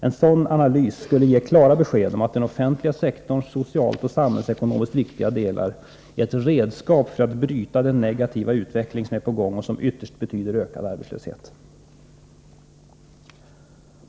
En sådan analys skulle ge klara besked om att den offentliga sektorns socialt och samhällsekonomiskt viktiga delar är ett redskap för att bryta den negativa utveckling som är i gång och som ytterst betyder ökad arbetslöshet.